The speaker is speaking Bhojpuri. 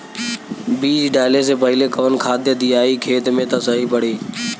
बीज डाले से पहिले कवन खाद्य दियायी खेत में त सही पड़ी?